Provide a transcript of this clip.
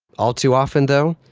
all too often though,